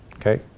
okay